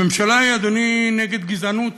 הממשלה היא, אדוני, נגד גזענות,